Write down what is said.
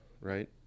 right